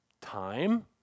time